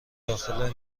داخل